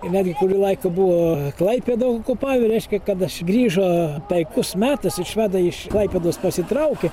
ir netgi kurį laiką buvo klaipėdą okupavę reiškia kad aš grįžo taikus metas ir švedai iš klaipėdos pasitraukė